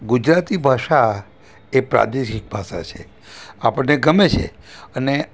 ગુજરાતી ભાષા એ પ્રાદેશિક ભાષા છે આપણને ગમે છે અને